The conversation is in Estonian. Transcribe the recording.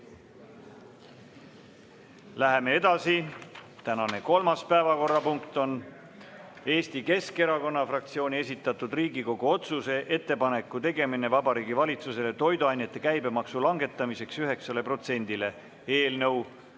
Läheme edasi. Tänane kolmas päevakorrapunkt on Eesti Keskerakonna fraktsiooni esitatud Riigikogu otsuse "Ettepaneku tegemine Vabariigi Valitsusele toiduainete käibemaksu langetamiseks 9-le